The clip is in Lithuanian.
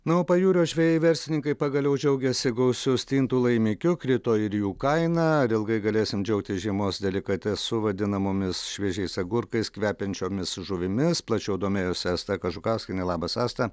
na o pajūrio žvejai verslininkai pagaliau džiaugiasi gausiu stintų laimikiu krito ir jų kaina ar ilgai galėsim džiaugtis žiemos delikatesu vadinamomis šviežiais agurkais kvepiančiomis žuvimis plačiau domėjosi asta kažukauskienė labas asta